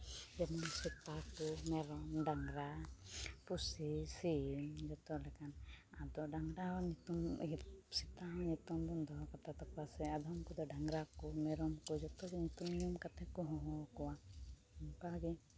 ᱡᱮᱢᱚᱱ ᱥᱮᱛᱟ ᱠᱚ ᱢᱮᱨᱚᱢ ᱰᱟᱝᱨᱟ ᱯᱩᱥᱤ ᱥᱤᱢ ᱡᱚᱛᱚ ᱞᱮᱠᱟᱱ ᱟᱫᱚ ᱰᱟᱝᱨᱟ ᱦᱚᱸ ᱧᱩᱛᱩᱢ ᱥᱮᱛᱟ ᱦᱚᱸ ᱧᱩᱛᱩᱢ ᱵᱚᱱ ᱫᱚᱦᱚ ᱠᱟᱛᱟ ᱠᱚᱣᱟ ᱥᱮ ᱟᱫᱷᱚᱢ ᱠᱚᱫᱚ ᱰᱟᱝᱨᱟ ᱠᱚ ᱢᱮᱨᱚᱢ ᱠᱚ ᱡᱚᱛᱚ ᱜᱮ ᱧᱩᱛᱩᱢ ᱧᱩᱢ ᱠᱟᱛᱮᱫ ᱠᱚ ᱦᱚᱦᱚᱣᱟᱠᱚᱣᱟ ᱚᱝᱠᱟ ᱜᱮ